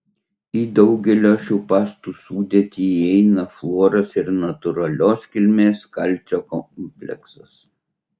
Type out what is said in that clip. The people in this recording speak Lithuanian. į daugelio šių pastų sudėtį įeina fluoras ir natūralios kilmės kalcio kompleksas